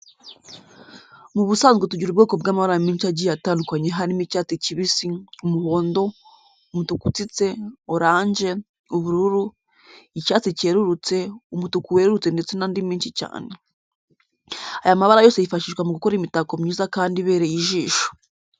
Mu busanzwe tugira ubwoko bw'amabara menshi agiye atandukanye harimo icyatsi kibisi, umuhondo, umutuku utsitse, oranje, ubururu, icyatsi cyerurutse, umutuku werurutse ndetse n'andi menshi cyane. Aya mabara yose yifashishwa mu gukora imitako myiza kandi ibereye ijisho.